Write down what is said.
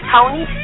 Tony